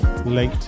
late